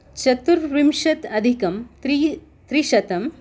चतुर्विंशत् अधिकं त्रिशतम्